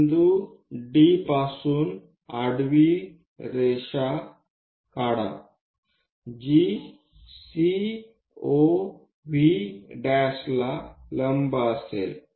बिंदू D पासून आडवी रेषा काढा जी COV' ला लंब असेल